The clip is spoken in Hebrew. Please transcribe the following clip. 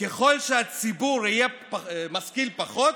ככל שהציבור יהיה משכיל פחות,